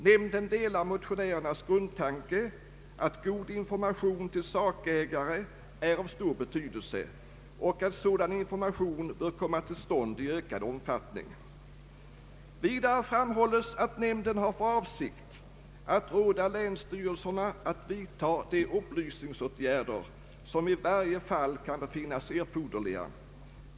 Nämnden delar motionärernas grundtanke, att god information till sakägare är av stor betydelse och att sådan information bör komma till stånd i ökad omfattning.” Vidare framhålles, att nämnden har för avsikt att råda länsstyrelserna att vidta de upplysningsåtgärder som i varje fall kan befinnas erforderliga.